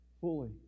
fully